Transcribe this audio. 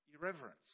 irreverence